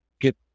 get